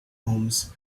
homes